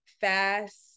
fast